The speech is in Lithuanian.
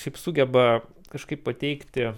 šiaip sugeba kažkaip pateikti